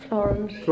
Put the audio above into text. Florence